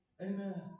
Amen